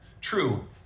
True